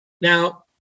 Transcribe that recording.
Now